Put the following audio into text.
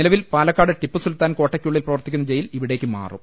നിലവിൽ പാലക്കാട് ടിപ്പു സുൽത്താൻ കോട്ടക്കുള്ളിൽ പ്രവർത്തിക്കുന്ന ജയിൽ ഇവിടേക്കുമാറും